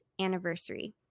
anniversary